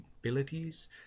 abilities